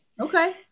okay